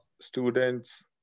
students